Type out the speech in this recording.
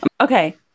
Okay